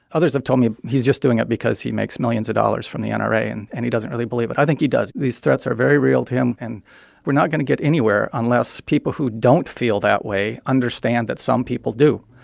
others have told me he's just doing it because he makes millions of dollars from the nra, and and he doesn't really believe it i think he does. these threats are very real to him, and we're not going to get anywhere unless people who don't feel that way understand that some people do.